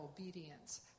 obedience